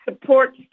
support